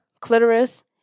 clitoris